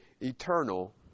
eternal